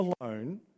alone